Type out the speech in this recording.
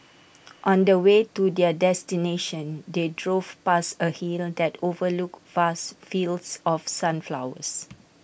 on the way to their destination they drove past A hill that overlooked vast fields of sunflowers